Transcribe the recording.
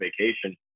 vacation